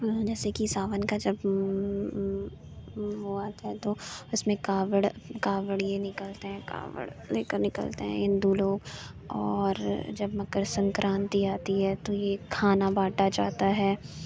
جیسے کہ ساون کا جب وہ آتا ہے تو اس میں کانوڑ کانوڑ یہ نکلتے ہیں کانوڑ لے کر نکلتے ہیں ہندو لوگ اور جب مکر سنکرانتی آتی ہے تو یہ کھانا بانٹا جاتا ہے